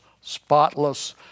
spotless